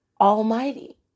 almighty